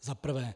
Za prvé.